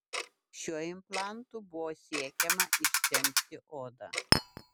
šiuo implantu buvo siekiama ištempti odą